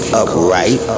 upright